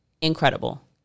incredible